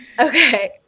Okay